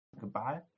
Goodbye